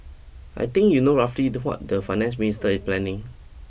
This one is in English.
I think you know roughly the what the finance minister is planning